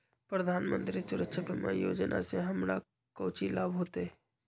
प्रधानमंत्री सुरक्षा बीमा योजना से हमरा कौचि लाभ होतय?